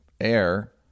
air